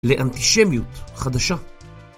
לאנטישמיות חדשה